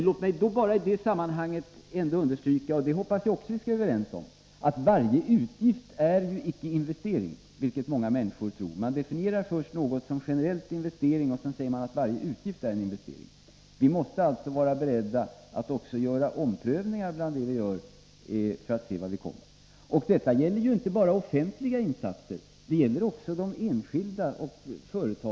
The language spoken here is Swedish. Låt mig bara i detta sammanhang understryka — och det hoppas jag också att vi skall vara överens om — att varje utgift inte är en investering, vilket många människor tror; man definierar först något generellt som investering, och sedan säger man att varje utgift är en investering. Vi måste alltså vara beredda till omprövningar bland det vi gör för att se vart vi kommer. Detta gäller inte bara offentliga insatser utan också insatser av enskilda och företag.